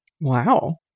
Wow